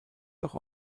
doch